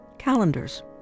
calendars